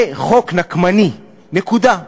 זה חוק נקמני, נקודה.